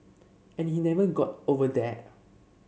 and he never got over that